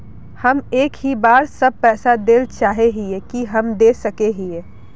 हम एक ही बार सब पैसा देल चाहे हिये की हम दे सके हीये?